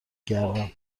گردم